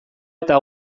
eta